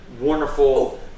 wonderful